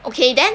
okay then